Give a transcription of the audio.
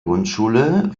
grundschule